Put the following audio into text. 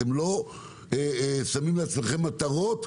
אתם לא שמים לעצמכם מטרות,